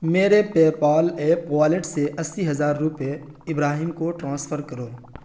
میرے PayPal app wallet سے اسی ہزار روپے ابراہیم کو ٹرانسفر کرو